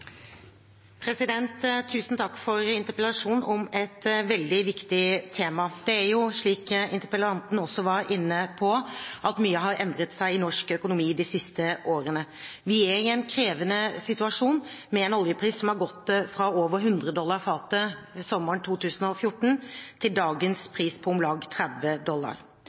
jo slik – som interpellanten også var inne på – at mye har endret seg i norsk økonomi de siste årene. Vi er i en krevende situasjon, med en oljepris som har gått fra over 100 dollar fatet sommeren 2014 til dagens pris på om lag 30 dollar.